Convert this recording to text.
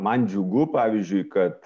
man džiugu pavyzdžiui kad